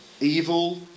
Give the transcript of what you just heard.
evil